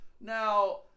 Now